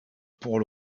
pour